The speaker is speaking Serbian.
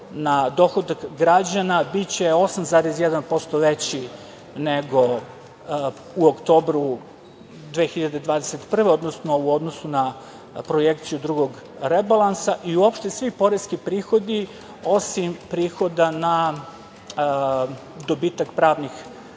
na dohodak građana biće 8,1% veći nego u oktobru 2021. godine, odnosno u odnosu na projekciju drugog rebalansa.I uopšte, svi poreski prihodi osim prihoda na dobit pravnih